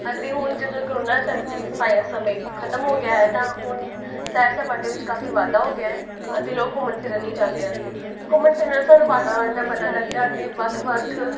ਅਤੇ ਹੁਣ ਜਦੋਂ ਕਰੋਨਾ ਦਾ ਟੈ ਸਾਈ ਸਮੇਂ ਖ਼ਤਮ ਹੋ ਗਿਆ ਹੈ ਤਾਂ ਹੁਣ ਸੈਰ ਸਪਾਟੇ ਵਿੱਚ ਕਾਫੀ ਵਾਧਾ ਹੋ ਗਿਆ ਅਤੇ ਲੋਕ ਘੁੰਮਣ ਫਿਰਨ ਲਈ ਜਾਂਦੇ ਹਨ ਘੁੰਮਣ ਫਿਰਨ ਨਾਲ ਸਾਨੂੰ ਵਾਤਾਵਰਣ ਦਾ ਪਤਾ ਲੱਗਦਾ ਹੈ ਅਤੇ ਵੱਖ ਵੱਖ